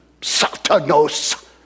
Satanos